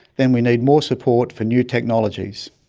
then we need more support for new technologies.